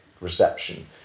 reception